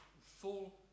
full